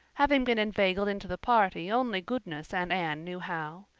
having been inveigled into the party only goodness and anne knew how.